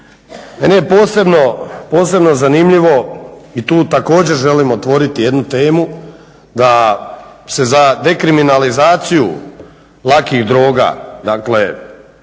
Meni je posebno zanimljivo i tu također želim otvoriti jednu temu da se za dekriminalizaciju lakih droga, dakle